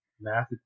math